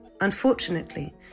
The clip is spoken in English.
Unfortunately